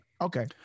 Okay